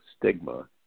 stigma